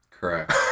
Correct